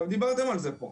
דיברתם על זה פה,